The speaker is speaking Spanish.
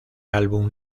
álbum